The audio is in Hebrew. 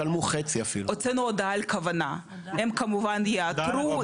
הוצאנו הודעה על כוונה, הם כמובן יעתרו.